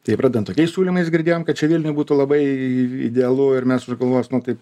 tai pradedant tokiais siūlymais girdėjom kad čia vilniuj būtų labai idealu ir mes sugalvosime taip